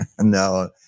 No